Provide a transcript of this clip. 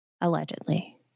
Allegedly